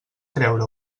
creure